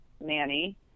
nanny